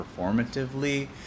performatively